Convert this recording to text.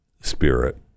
spirit